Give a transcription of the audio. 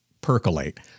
percolate